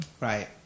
Right